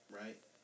right